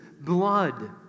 blood